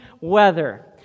weather